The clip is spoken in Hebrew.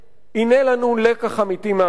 הנה לנו לקח אמיתי מהשואה,